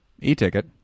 E-ticket